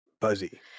Buzzy